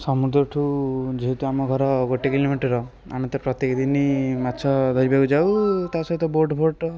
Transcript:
ସମୁଦ୍ରଠୁ ଯେହେତୁ ଆମ ଘର ଗୋଟେ କିଲୋମିଟର୍ ଆମେ ତ ପ୍ରତ୍ୟେକ ଦିନ ମାଛ ଧରିବାକୁ ଯାଉ ତା' ସହିତ ବୋଟ୍ଫୋଟ୍